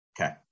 Okay